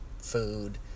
food